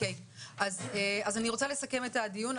אני רוצה לסכם את הדיון.